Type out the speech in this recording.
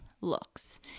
looks